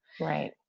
right